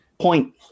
point